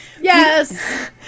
yes